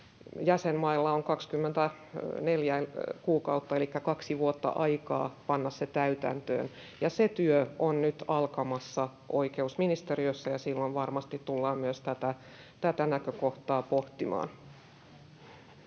jäsenmailla on 24 kuukautta elikkä kaksi vuotta aikaa panna se täytäntöön. Se työ on nyt alkamassa oikeusministeriössä, ja silloin varmasti tullaan myös tätä näkökohtaa pohtimaan.